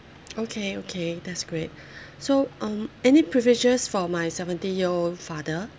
okay okay that's great so um any privileges for my seventy year old father